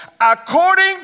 according